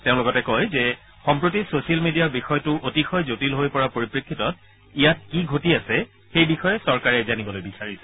তেওঁ লগতে কয় যে সম্প্ৰতি ছচিয়েল মিডিয়াৰ বিষয়টো অতিশয় জটিল হৈ পৰাৰ পৰিপ্ৰেক্ষিতত ইয়াত কি ঘটি আছে সেই বিষয়ে চৰকাৰে জানিবলৈ বিচাৰিছে